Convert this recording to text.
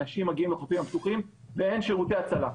אנשים מגיעים לחופים הפתוחין ואין שירותי הצלה.